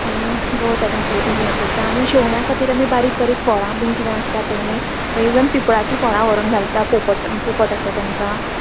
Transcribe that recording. गवत हाडूंक फि हें करता आनी शेवण्यां खातीर आमी बारीक बारीक फळां बीन कितें आसता पय न्ही मागीर इवन पिंपळाचीं फळां व्होरोन घालता पोपट पोपट आसा तेंकां